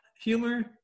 Humor